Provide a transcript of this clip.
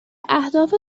اهداف